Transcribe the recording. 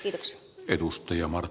arvoisa herra puhemies